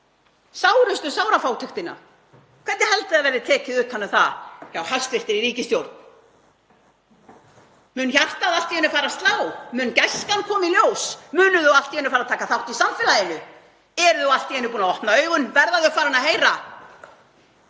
sárustu sárafátæktina? Hvernig haldið þið að verði tekið utan um það hjá hæstv. ríkisstjórn? Mun hjartað allt í einu fara að slá? Mun gæskan koma í ljós? Munu þau allt í einu fara að taka þátt í samfélaginu? Eru þau allt í einu búin að opna augun? Verða þau farin að heyra?